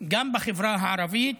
גם בחברה הערבית